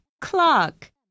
clock